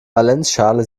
valenzschale